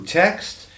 text